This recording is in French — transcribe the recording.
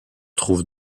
trouve